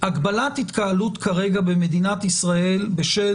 הגבלת התקהלות כרגע במדינת ישראל בשל